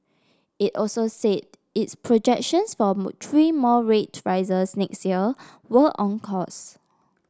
it also said its projections for three more rate rises next year were on course